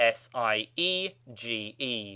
siege